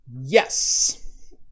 Yes